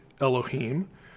Elohim